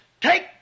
take